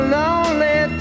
lonely